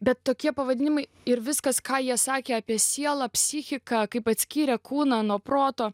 bet tokie pavadinimai ir viskas ką jie sakė apie sielą psichiką kaip atskyrė kūną nuo proto